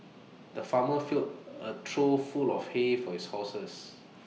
the farmer filled A a trough full of hay for his horses